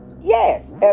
Yes